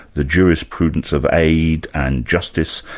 the jurisprudence of aid and justice,